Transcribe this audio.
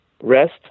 rest